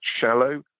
shallow